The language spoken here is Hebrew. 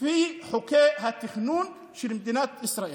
לפי חוקי התכנון של מדינת ישראל.